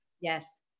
Yes